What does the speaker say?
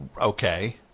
Okay